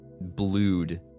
blued